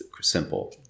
simple